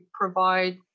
provide